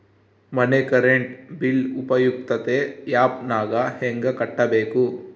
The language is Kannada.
ಮನೆ ಕರೆಂಟ್ ಬಿಲ್ ಉಪಯುಕ್ತತೆ ಆ್ಯಪ್ ನಾಗ ಹೆಂಗ ಕಟ್ಟಬೇಕು?